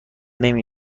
نمی